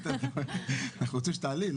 אנחנו רוצים שתעלי.